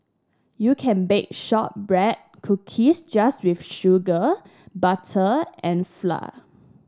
you can bake shortbread cookies just with sugar butter and flour